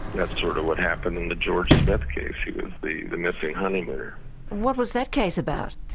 that's sort of what happened in the george smith case. he was the the missing honeymooner what was that case about?